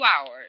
hours